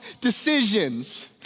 decisions